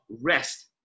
rest